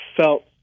felt